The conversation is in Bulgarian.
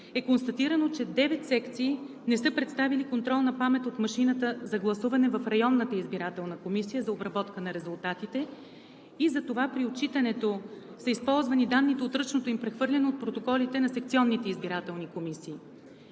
е констатирано, че девет секции не са представили контролна памет от машината за гласуване в районната избирателна комисия за обработка на резултатите и затова при отчитането са използвани данните от ръчното им прехвърляне от протоколите на секционните избирателни комисии,